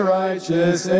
righteous